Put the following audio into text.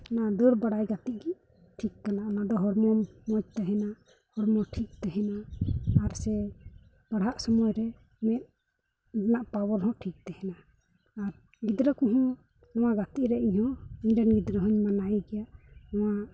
ᱱᱚᱣᱟ ᱫᱟᱹᱲ ᱵᱟᱲᱟᱭ ᱜᱟᱛᱮᱜ ᱜᱮ ᱴᱷᱤᱠ ᱠᱟᱱᱟ ᱚᱱᱟᱫᱚ ᱦᱚᱲᱢᱚ ᱢᱚᱡᱽ ᱛᱟᱦᱮᱱᱟ ᱦᱚᱲᱢᱚ ᱴᱷᱤᱠ ᱛᱟᱦᱮᱱᱟ ᱟᱨ ᱥᱮ ᱯᱟᱲᱦᱟᱜ ᱥᱚᱢᱚᱭ ᱨᱮ ᱢᱮᱫ ᱨᱮᱱᱟᱜ ᱯᱟᱣᱟᱨ ᱦᱚᱸ ᱴᱷᱤᱠ ᱛᱟᱦᱮᱱᱟ ᱟᱨ ᱜᱤᱫᱽᱨᱟᱹ ᱠᱚᱦᱚᱸ ᱱᱚᱣᱟ ᱜᱟᱛᱮᱜ ᱨᱮ ᱤᱧ ᱦᱚᱸ ᱤᱧᱨᱮᱱ ᱜᱤᱫᱽᱨᱟᱹ ᱦᱚᱸᱧ ᱢᱟᱱᱟᱣᱮ ᱜᱮᱭᱟ ᱱᱚᱣᱟ